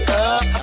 up